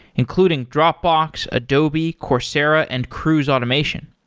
including dropbox, adobe, coursera and cruise automation.